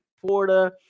Florida